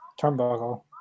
turnbuckle